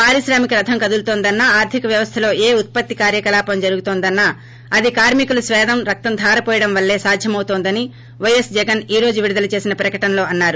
పారిశ్రామిక రథం కదులుతోందన్నా ఆర్దిక వ్యవస్దలో ఏ ఉత్పత్తి కార్యకలాపం జరుగుతోందన్న అది కార్మికులు శ్వేదం రక్తం ధారవోయటం వలనే సాధ్యమవుతోందని వైయస్ జగన్ ఈ రోజు విడుదల చేసిన ప్రకటనలో అన్నారు